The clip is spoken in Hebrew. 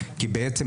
כי בעצם,